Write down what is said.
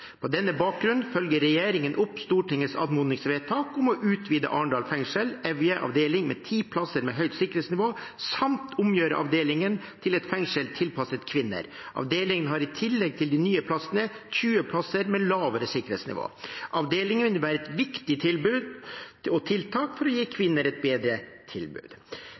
På denne bakgrunn følger regjeringen opp Stortingets anmodningsvedtak om å utvide Arendal fengsel, Evje avdeling, med ti plasser med høyt sikkerhetsnivå, samt å omgjøre avdelingen til et fengsel tilpasset kvinner. Avdelingen har i tillegg til de nye plassene 20 plasser med lavere sikkerhetsnivå. Avdelingen vil være et viktig tilbud og tiltak for å gi kvinner et bedre tilbud.